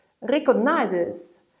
recognizes